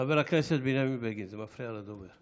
חבר הכנסת בנימין בגין, זה מפריע לדובר.